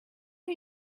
are